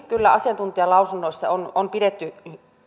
kyllä asiantuntijalausunnoissa on on pidetty